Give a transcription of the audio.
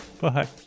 Bye